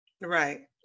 Right